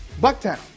Bucktown